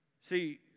See